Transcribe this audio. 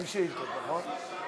כלבים (תיקון מס' 5) (צמצום ההתרבות של